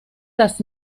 das